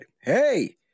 hey